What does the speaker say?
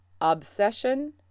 Obsession